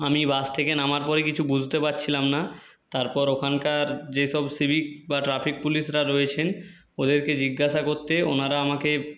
আমি বাস থেকে নামার পরে কিছু বুঝতে পারছিলাম না তারপর ওখানকার যেসব সিভিক বা ট্রাফিক পুলিশরা রয়েছেন ওদেরকে জিজ্ঞাসা করতে ওনারা আমাকে